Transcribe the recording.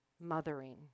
mothering